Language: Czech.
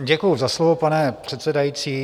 Děkuji za slovo, pane předsedající.